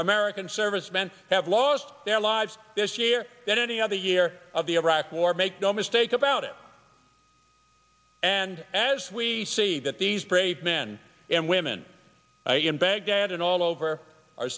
american servicemen have lost their lives this year than any other year of the iraq war make no mistake about it and as we see that these brave men and women in baghdad and all over are